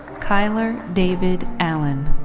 kyler david allen.